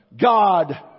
God